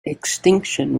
extinction